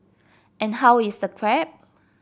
and how is the crab